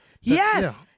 Yes